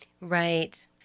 Right